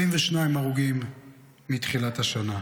42 הרוגים מתחילת השנה.